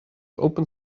open